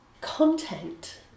content